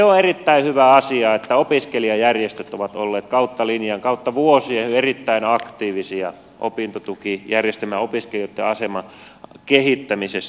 on erittäin hyvä asia että opiskelijajärjestöt ovat olleet kautta linjan ja kautta vuosien erittäin aktiivisia opintotukijärjestelmän ja opiskelijoitten aseman kehittämisessä